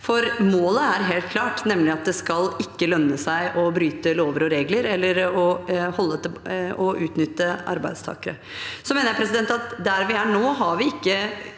målet er helt klart, nemlig at det ikke skal lønne seg å bryte lover og regler eller å utnytte arbeidstakere. Jeg mener at der vi er nå, har vi ikke